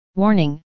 Warning